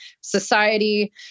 society